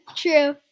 true